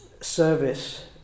service